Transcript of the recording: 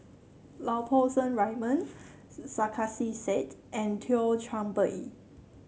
Lau Poo Seng Raymond Sarkasi Said and Thio Chan Bee